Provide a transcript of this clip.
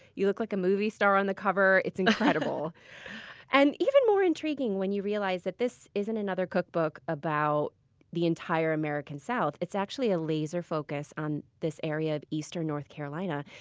you look like a movie star on the cover. it's incredible and even more intriguing when you realize that this isn't another cookbook about the entire american south. it's actually a laser focus on this area of eastern north carolina.